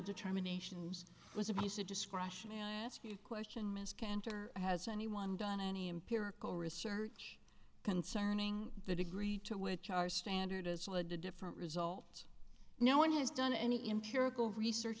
determination was abuse of discretion and i ask you question ms kantor has anyone done any empirical research concerning the degree to which our standards lead to different results no one has done any empirical research